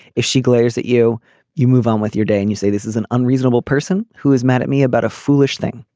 if she glares at you you move on with your day and you say this is an unreasonable person who is mad at me about a foolish thing.